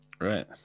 Right